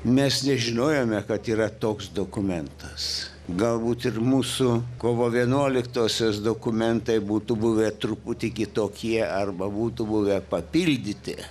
mes nežinojome kad yra toks dokumentas galbūt ir mūsų kovo vienuoliktosios dokumentai būtų buvę truputį kitokie arba būtų buvę papildyti